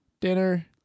dinner